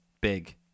big